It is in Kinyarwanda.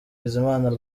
bizimana